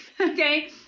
okay